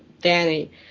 Danny